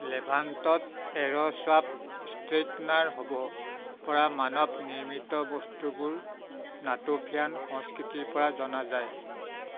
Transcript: লেবাণ্টত arrow shaft straightener হ'ব পৰা মানৱ নিৰ্মিত বস্তুবোৰ নাটুফিয়ান সংস্কৃতিৰপৰা জনা যায়